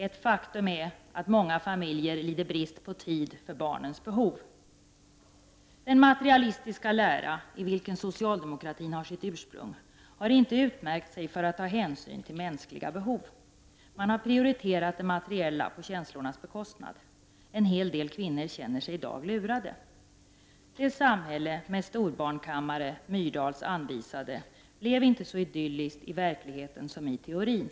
Ett faktum är att många familjer lider brist på tid för barnens behov. Den materialistiska lära, i vilken socialdemokratin har sitt ursprung, har inte utmärkt sig för att ta hänsyn till mänskliga behov. Man har prioriterat det materiella på känslornas bekostnad. En hel del kvinnor känner sig i dag lurade. Det samhälle med storbarnkammare, Myrdals anvisade, blev inte så idylliskt i verkligheten som i teorin.